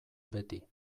beti